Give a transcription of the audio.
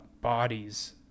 bodies